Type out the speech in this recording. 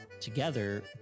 together